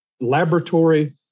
laboratory